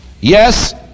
Yes